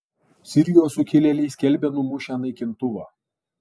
sirijos sukilėliai skelbia numušę naikintuvą